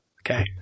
okay